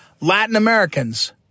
Latin-Americans